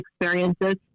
experiences